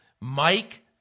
Mike